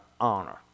honor